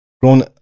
grown